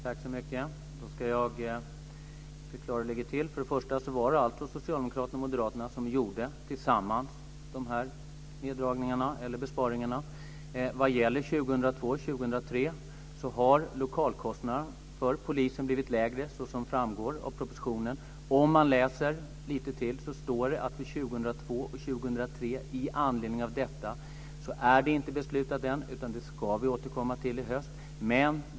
Fru talman! Jag ska förklara hur det ligger till. Det var alltså socialdemokraterna och moderaterna som tillsammans gjorde de här besparingarna. Vad gäller 2002 och 2003 har lokalkostnaderna för polisen blivit lägre såsom framgår av propositionen. Om man läser lite till står det att för 2002 och 2003 har beslut med anledning av detta ännu inte fattats. Det ska vi återkomma till i höst.